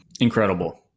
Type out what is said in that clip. Incredible